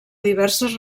diverses